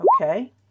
Okay